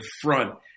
front